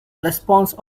response